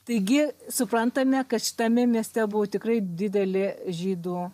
taigi suprantame kad šitame mieste buvo tikrai didelė žydų